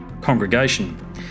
Congregation